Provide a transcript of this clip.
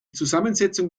zusammensetzung